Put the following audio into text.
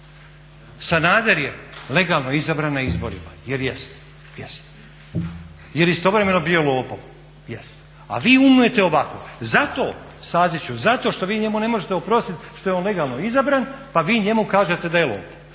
Sanader je legalno izabran na izborima. Jel' jest? Jest. Jel' istovremeno bio lopov? Jest. A vi umujete ovako. Zato Staziću zato što vi njemu ne možete oprostiti što je legalno izabran, pa vi njemu kažete da je lopov.